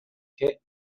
che